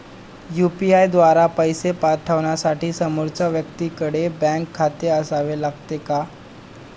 UPI द्वारा पैसे पाठवण्यासाठी समोरच्या व्यक्तीकडे बँक खाते असावे लागते का?